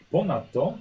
Ponadto